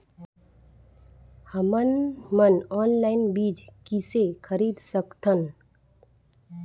हमन मन ऑनलाइन बीज किसे खरीद सकथन?